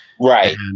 Right